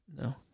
No